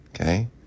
okay